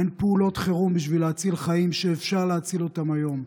אין פעולות חירום בשביל להציל חיים שאפשר להציל אותם היום.